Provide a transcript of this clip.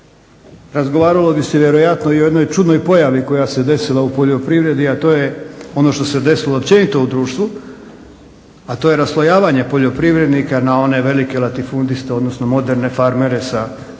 Razgovaralo bi se vjerojatno i o jednoj čudnoj pojavi koja se desila u poljoprivredi, a to je ono što se desilo općenito u društvu, a to je raslojavanje poljoprivrednika na one velike latifundiste, odnosno moderne farmere sa finim